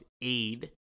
aid